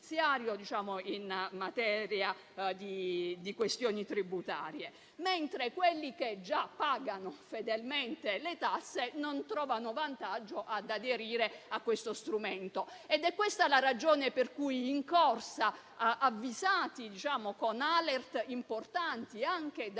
in materia di questioni tributarie; mentre quelli che già pagano fedelmente le tasse non trovano vantaggio ad aderire a questo strumento. È questa la ragione per cui in corsa, avvisato con *alert* importanti dai